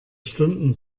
stunden